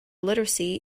literacy